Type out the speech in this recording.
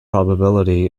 probability